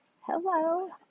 Hello